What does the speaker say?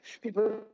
people